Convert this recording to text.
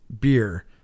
beer